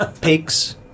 Pigs